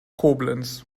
koblenz